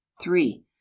three